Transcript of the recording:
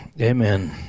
Amen